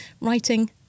writing